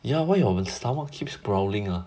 ya why your stomach keeps growling ah